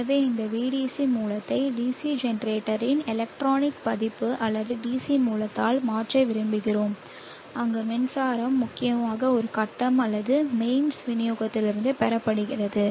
எனவே இந்த Vdc மூலத்தை DC ஜெனரேட்டரின் எலக்ட்ரானிக் பதிப்பு அல்லது DC மூலத்தால் மாற்ற விரும்புகிறோம் அங்கு மின்சாரம் முக்கியமாக ஒரு கட்டம் அல்லது மெயின்ஸ் விநியோகத்திலிருந்து பெறப்படுகிறது